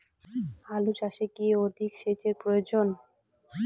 আলু চাষে কি অধিক সেচের প্রয়োজন?